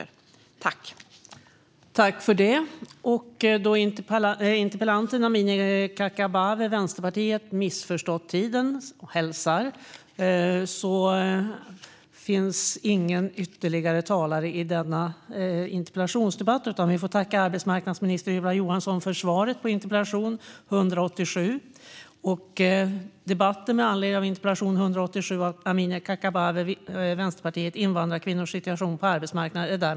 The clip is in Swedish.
Då interpellanten anmält att hon var förhindrad att närvara vid sammanträdet förklarade tredje vice talmannen interpellationsdebatten avslutad.